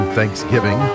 Thanksgiving